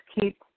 keep